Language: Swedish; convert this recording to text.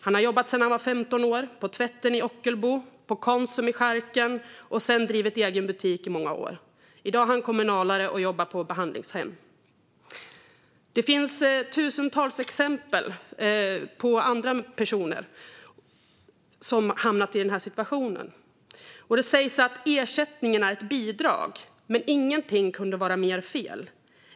Han har jobbat sedan han var 15 år på tvätten i Ockelbo och i charken på Konsum och har sedan i många år drivit egen butik. I dag är han kommunalare och jobbar på behandlingshem. Det finns tusentals exempel på andra personer som har hamnat i den här situationen. Det sägs att ersättningen är ett bidrag, men ingenting kunde vara mer fel.